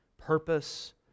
purpose